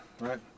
Right